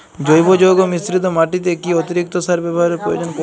জৈব যৌগ মিশ্রিত মাটিতে কি অতিরিক্ত সার ব্যবহারের প্রয়োজন পড়ে না?